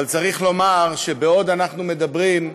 אבל צריך לומר שבעוד אנחנו מדברים,